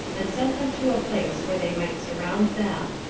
and sent them to a place where they might surround them.